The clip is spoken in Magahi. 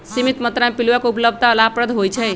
सीमित मत्रा में पिलुआ के उपलब्धता लाभप्रद होइ छइ